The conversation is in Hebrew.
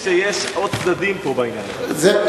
אני אומר שיש עוד צדדים פה בעניין הזה.